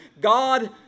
God